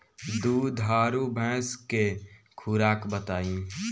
दुधारू भैंस के खुराक बताई?